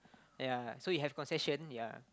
ya so if you have concession ya